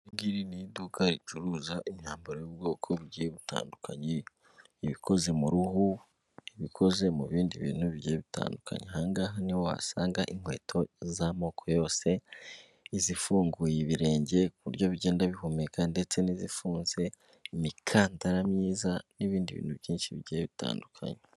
Ni iduka ricuruza imyambaro y'ubwoko bugiye butandukanye, iba ikoze mu ruhu iba ikoze mu bindi bintu bi bitandukanye. Aha ngaha niho wasanga inkweto z'amoko yose, izifunguye ibirenge ku buryo bigenda bihumeka, ndetse n'izifunze, imikandara myiza n'ibindi bintu byinshi bigiye bitandukanye.